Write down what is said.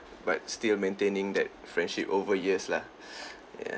but still maintaining that friendship over years lah ya